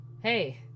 Hey